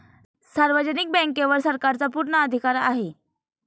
सार्वजनिक बँकेवर सरकारचा पूर्ण अधिकार आहे